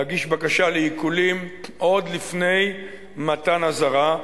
להגיש בקשה לעיקולים עוד לפני מתן אזהרה,